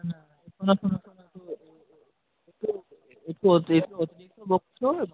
হ্যাঁ ও ও একটু অতিরিক্ত অতিরিক্ত বকছো এবার